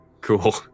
Cool